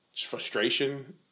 frustration